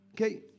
Okay